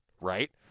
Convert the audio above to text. right